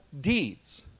deeds